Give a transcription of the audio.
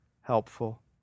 helpful